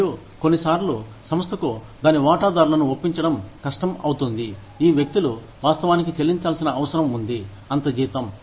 మరియు కొన్నిసార్లు సంస్థకు దాని వాటాదారులను ఒప్పించడం కష్టం అవుతుంది ఈ వ్యక్తులు వాస్తవానికి చెల్లించాల్సిన అవసరం ఉంది అంత జీతం